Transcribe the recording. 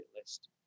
list